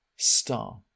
Star